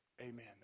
Amen